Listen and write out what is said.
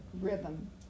rhythm